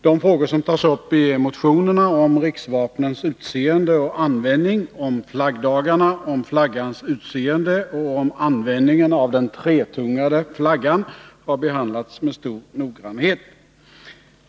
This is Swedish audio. De frågor som tas upp i motionerna om riksvapnens utseende och användning, om flaggdagarna, om flaggans utseende och om användningen av den tretungade flaggan har behandlats med stor noggrannhet.